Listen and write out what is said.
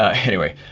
ah anyway,